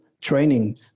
training